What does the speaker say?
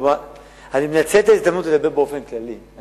אני מנצל את ההזדמנות לדבר באופן כללי.